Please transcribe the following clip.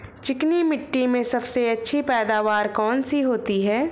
चिकनी मिट्टी में सबसे अच्छी पैदावार कौन सी होती हैं?